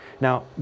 Now